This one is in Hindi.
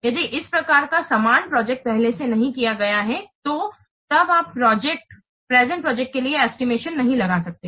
यदि इस प्रकार का समान प्रोजेक्ट पहले से नहीं किया गया हैं तो तब आप प्रेजेंट प्रोजेक्ट के लिए एस्टिमेशन नहीं लगा सकते हैं